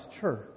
church